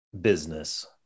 business